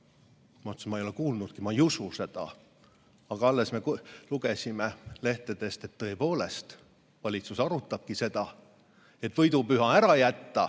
ma ei ole kuulnudki, ma ei usu seda, aga alles me lugesime lehtedest, et tõepoolest valitsus arutabki seda, et võidupüha